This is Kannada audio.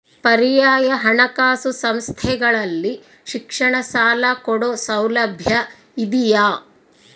ಪರ್ಯಾಯ ಹಣಕಾಸು ಸಂಸ್ಥೆಗಳಲ್ಲಿ ಶಿಕ್ಷಣ ಸಾಲ ಕೊಡೋ ಸೌಲಭ್ಯ ಇದಿಯಾ?